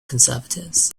conservatives